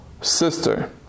sister